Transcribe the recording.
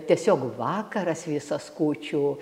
tiesiog vakaras visas kūčių